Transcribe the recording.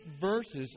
verses